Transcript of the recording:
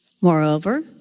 Moreover